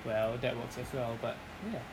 well that works as well but well